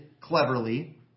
cleverly